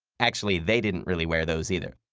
actually, they didn't really wear those either.